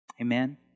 amen